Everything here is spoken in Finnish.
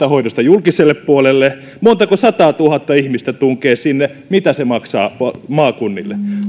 hoidosta julkiselle puolelle montako sataatuhatta ihmistä tunkee sinne mitä se maksaa maakunnille